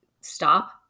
stop